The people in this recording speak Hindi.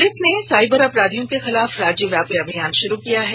पुलिस ने साईबर अपराधियों के खिलाफ राज्यव्यापी अभियान शुरू किया है